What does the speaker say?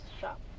shop